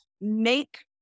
make